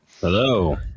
Hello